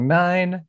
nine